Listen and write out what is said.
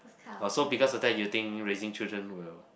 oh so because of that you think raising children will